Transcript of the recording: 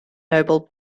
noble